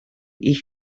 eich